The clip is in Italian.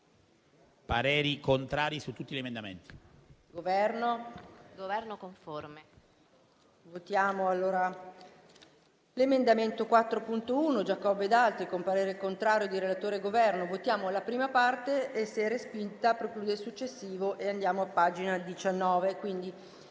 parere contrario su tutti gli emendamenti.